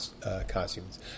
costumes